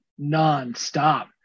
nonstop